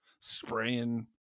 spraying